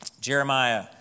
Jeremiah